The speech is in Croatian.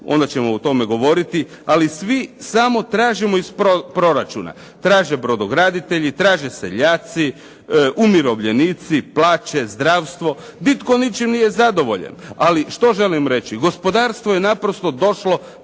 onda ćemo o tome govoriti, ali svi samo tražimo iz proračuna, traže brodograditelji, traže seljaci, umirovljenici, plaće, zdravstvo, nitko ničim nije zadovoljan. Ali što želim reći? Gospodarstvo je naprosto došlo